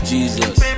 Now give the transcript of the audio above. Jesus